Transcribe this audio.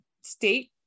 state